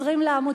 הזרים עד